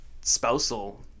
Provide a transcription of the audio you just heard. spousal